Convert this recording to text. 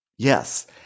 Yes